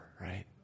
right